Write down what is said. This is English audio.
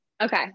Okay